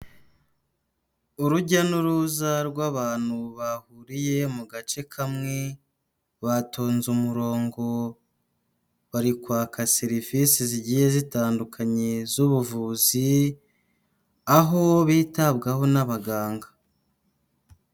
Urujya n'uruza, rw'abantu bahuriye mu gace kamwe, batonze umurongo, bari kwaka serivisi zigiye zitandukanye z'ubuvuzi, aho bitabwaho n'abaganga.